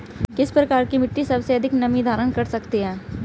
किस प्रकार की मिट्टी सबसे अधिक नमी धारण कर सकती है?